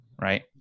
right